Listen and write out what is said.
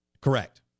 Correct